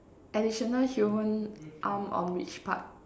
additional human arm on which part